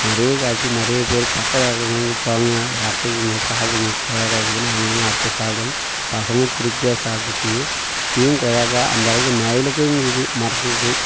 நிறைய காய்த்து நிறையப் பேர் பக்கத்தில் அக்கங்கிறவுங்க போங்கள் அறுத்துக்கங்க சாப்பிடுங்க கொய்யாக்காய் இருக்குதுன்னா அவுங்கவங்க அறுத்து சாப்பிடுவாங்க பசங்களும் திருப்தியாக சாப்பிட்டுச்சிங்க பிங்க் கொய்யாக்காய் அந்தளவுக்கு நெழலுக்குங்குது மரத்துக்கும்